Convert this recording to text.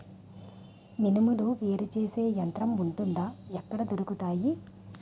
మినుములు వేరు చేసే యంత్రం వుంటుందా? ఎక్కడ దొరుకుతాయి?